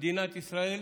במדינת ישראל,